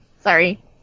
Sorry